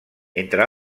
entre